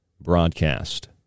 broadcast